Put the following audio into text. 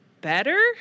better